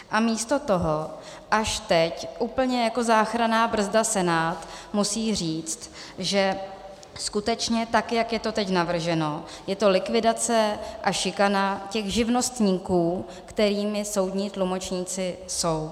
A místo toho až teď, úplně jako záchranná brzda, Senát musí říct, že skutečně tak, jak je to teď navrženo, je to likvidace a šikana těch živnostníků, kterými soudní tlumočníci jsou.